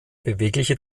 bewegliche